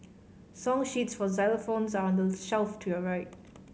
song sheets for xylophones are on the shelf to your right